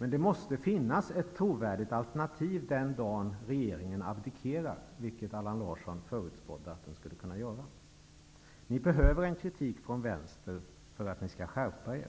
Men det måste finnas ett trovärdigt alternativ den dag regeringen abdikerar, vilket Allan Larsson förutspådde att den skulle kunna göra. Ni behöver en kritik från vänster för att ni skall skärpa er.